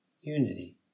unity